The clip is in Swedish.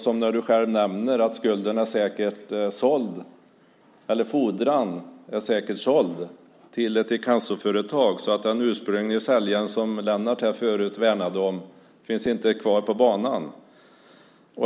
Som du själv nämner är fordran säkert såld till ett inkassoföretag så att den ursprunglige säljaren, som Lennart här förut värnade om, inte finns kvar på banan.